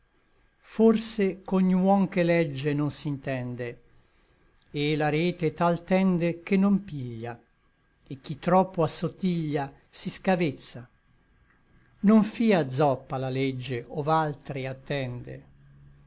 gregge forse ch'ogni uom che legge non s'intende et la rete tal tende che non piglia et chi troppo assotiglia si scavezza non fia zoppa la legge ov'altri attende